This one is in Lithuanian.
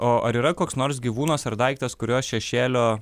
o ar yra koks nors gyvūnas ar daiktas kuriuo šešėliu